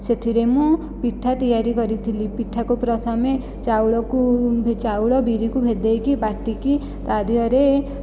ସେଥିରେ ମୁଁ ପିଠା ତିଆରି କରିଥିଲି ପିଠାକୁ ପ୍ରଥମେ ଚାଉଳକୁ ଚାଉଳ ବିରିକୁ ଭେଦେଇକି ବାଟିକି ତା' ଦେହରେ